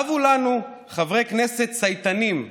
הבו לנו חברי כנסת צייתנים,